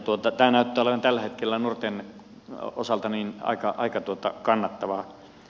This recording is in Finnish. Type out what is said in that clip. tämä näyttää olevan tällä hetkellä nuorten osalta aika kannattavaa